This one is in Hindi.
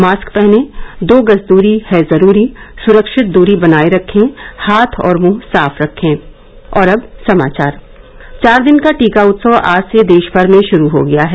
मास्क पहनें दो गज दूरी है जरूरी सुरक्षित दूरी बनाये रखे हाथ और मुंह साफ रखें चार दिन का टीका उत्सव आज से देशभर में शुरू हो गया है